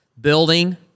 building